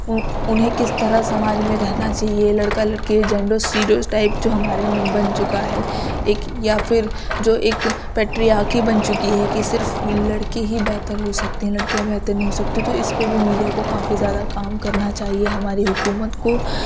انہیں کس طرح سماج میں رہنا چاہیے لڑکا لڑکی جینڈر اسٹیریو ٹائپ جو ہمارے میں بن چکا ہے ایک یا پھر جو ایک پیٹریاکی بن چکی ہے کہ صرف لڑکے ہی بہتر ہو سکتے ہیں لڑکیاں بہتر نہیں ہو سکتیں تو اس پہ بھی میڈیا کو کافی زیادہ کام کرنا چاہیے ہماری حکومت کو